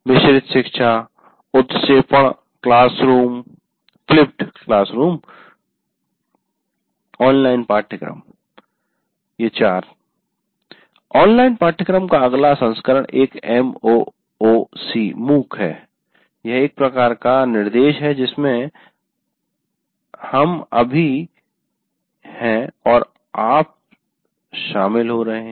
मिश्रित शिक्षा उत्क्षेपण क्लासरूम और ऑनलाइन पाठ्यक्रम ऑनलाइन पाठ्यक्रम का अगला संस्करण एक एमओओसी है यह एक प्रकार का निर्देश है जिसमें हम अभी है और आप शामिल हो रहे हैं